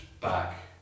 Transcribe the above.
back